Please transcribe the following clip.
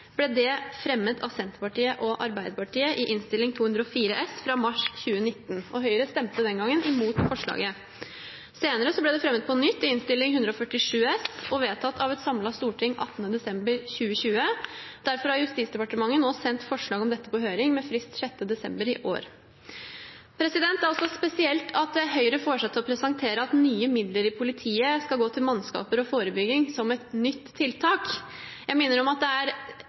ble det fremmet av Senterpartiet og Arbeiderpartiet i Innst. 204 S for 2018–2019 i mars 2019. Høyre stemte den gang mot forslaget. Det ble senere fremmet på nytt i Innst. 147 S for 2019–2020 og vedtatt av et samlet storting 18. desember 2020. Derfor har Justisdepartementet nå sendt forslag om dette på høring med frist 6. desember i år. Det er også spesielt at Høyre får seg til å presentere det at nye midler i politiet skal gå til mannskaper og forebygging, som et «nytt» tiltak. Jeg minner om at det er